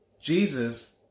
Jesus